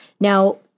Now